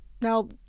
Now